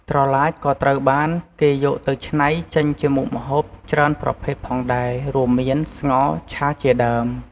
ត្រឡាចក៏ត្រូវបានគេយកទៅឆ្នៃចេញជាមុខម្ហូបច្រើនប្រភេទផងដែររួមមាន ស្ងោរ ឆាជាដើម ។